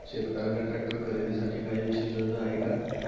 शेतकऱ्यांना ट्रॅक्टर खरीदीसाठी काही विशेष योजना आहे का?